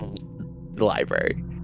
Library